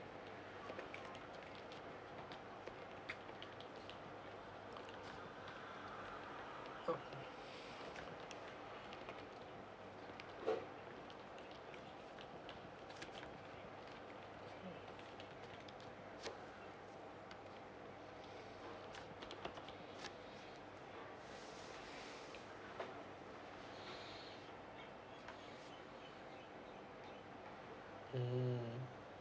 mm